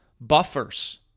buffers